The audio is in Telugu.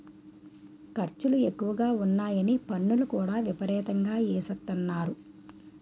ఖర్చులు ఎక్కువగా ఉన్నాయని పన్నులు కూడా విపరీతంగా ఎసేత్తన్నారు